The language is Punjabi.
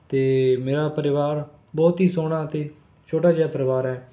ਅਤੇ ਮੇਰਾ ਪਰਿਵਾਰ ਬਹੁਤ ਹੀ ਸੋਹਣਾ ਅਤੇ ਛੋਟਾ ਜਿਹਾ ਪਰਿਵਾਰ ਹੈ